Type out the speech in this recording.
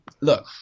Look